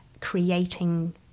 creating